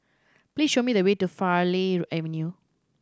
please show me the way to Farleigh Avenue